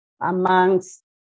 amongst